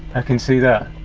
i can see that.